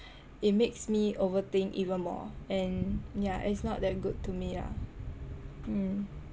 it makes me over think even more and yah it's not that good to me lah mm